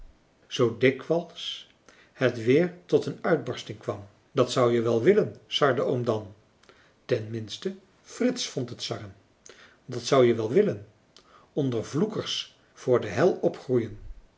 zoo dikwijls het weer tot een uitbarsting kwam dat zou je wel willen sarde oom dan ten minste frits vond het sarren dat zou je wel willen onder vloekers voor de hel opgroeien